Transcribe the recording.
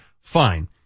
Fine